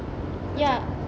ya